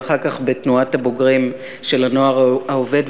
ואחר כך בתנועת הבוגרים של "הנוער העובד",